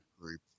group